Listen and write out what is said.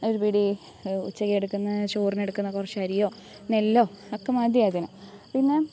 ഒരുപിടി ഉച്ചക്ക് എടുക്കുന്നത് ചോറിനെടുക്കുന്ന കുറച്ച് അരിയോ നെല്ലോ ഒക്കെ മതി അതിന് പിന്നെ